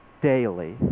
daily